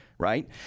Right